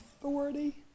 authority